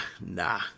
nah